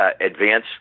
advance